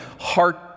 heart